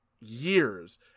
Years